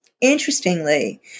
Interestingly